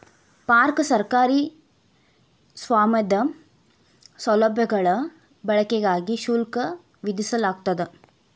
park ಸರ್ಕಾರಿ ಸ್ವಾಮ್ಯದ ಸೌಲಭ್ಯಗಳ ಬಳಕೆಗಾಗಿ ಶುಲ್ಕ ವಿಧಿಸಲಾಗ್ತದ